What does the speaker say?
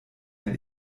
ein